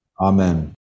Amen